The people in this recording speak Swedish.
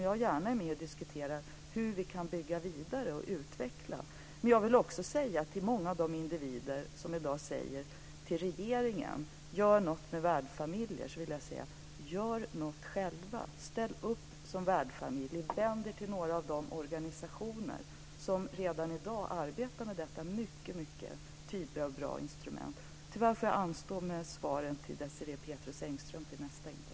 Jag diskuterar gärna hur vi kan bygga vidare och utveckla den. Till många av de individer som i dag säger till regeringen: Gör något med värdfamiljer, vill jag säga: Gör något själva. Ställ upp som värdfamilj. Vänd er till någon av de organisationer som redan i dag arbetar med detta mycket tydliga och bra instrument. Jag får tyvärr anstå med svaren till Désirée